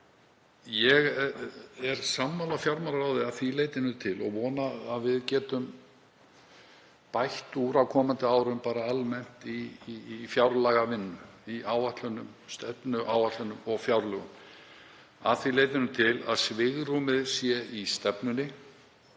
Ég er sammála fjármálaráði að því leytinu til og vona að við getum bætt úr á komandi árum almennt í fjárlagavinnu, í áætlunum, stefnuáætlunum og fjárlögum að því leyti að svigrúmið sé í stefnunni